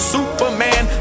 Superman